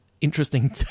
interesting